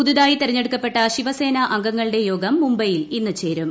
പുതുതായി തെരഞ്ഞെടുക്കപ്പെട്ട ശിവസേനാ അംഗങ്ങളുടെ യോഗം മുംബൈയിൽ ഇന്ന് ചേരും